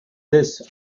this